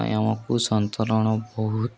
ଆମକୁ ସନ୍ତରଣ ବହୁତ